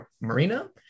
Marina